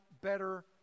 better